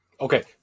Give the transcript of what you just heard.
Okay